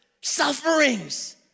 sufferings